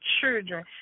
children